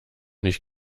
nicht